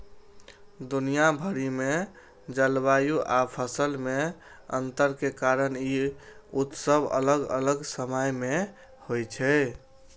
दुनिया भरि मे जलवायु आ फसल मे अंतर के कारण ई उत्सव अलग अलग समय मे होइ छै